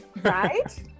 Right